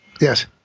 Yes